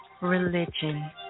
religion